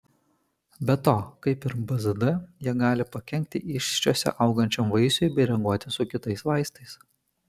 be to kaip ir bzd jie gali pakenkti įsčiose augančiam vaisiui bei reaguoti su kitais vaistais